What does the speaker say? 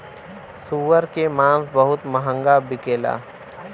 सूअर के मांस बहुत महंगा बिकेला